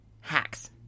hacks